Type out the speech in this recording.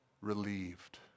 relieved